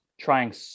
trying